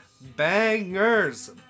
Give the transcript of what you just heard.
bangers